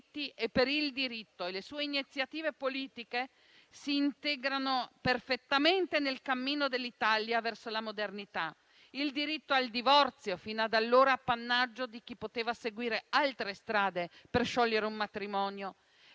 per il diritto e le sue iniziative politiche si integrano perfettamente nel cammino dell'Italia verso la modernità: il diritto al divorzio, fino ad allora appannaggio di chi poteva seguire altre strade per sciogliere un matrimonio,